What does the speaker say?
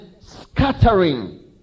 scattering